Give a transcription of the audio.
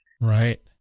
Right